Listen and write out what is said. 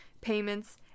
payments